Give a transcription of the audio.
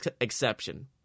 exception